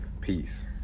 peace